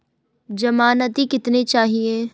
ज़मानती कितने चाहिये?